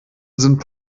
sind